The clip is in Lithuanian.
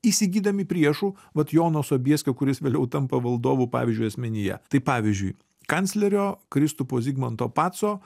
įsigydami priešų vat jono sobieskio kuris vėliau tampa valdovu pavyzdžiui asmenyje tai pavyzdžiui kanclerio kristupo zigmanto paco